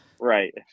Right